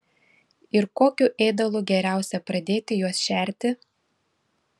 ir kokiu ėdalu geriausia pradėti juos šerti